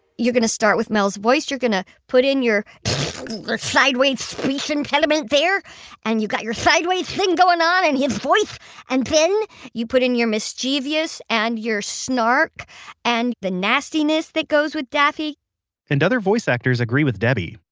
you're going to start with mel's voice, you're going to put in your your sideways speech impediment there and you've got your sideways thing going in and his voice and then you put in your mischievous and your snark and the nastiness that goes with daffy other voice actors agree with debi.